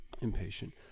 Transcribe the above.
impatient